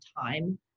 time